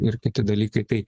ir kiti dalykai tai